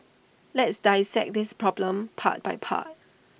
let's dissect this problem part by part